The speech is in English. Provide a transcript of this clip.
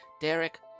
Derek